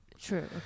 true